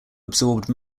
absorbed